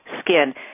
Skin